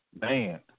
man